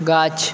গাছ